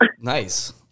Nice